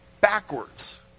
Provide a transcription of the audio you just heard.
Backwards